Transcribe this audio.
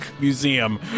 Museum